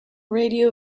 radio